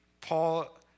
Paul